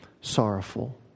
sorrowful